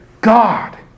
God